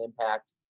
impact